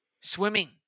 Swimming